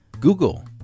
Google